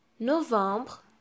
novembre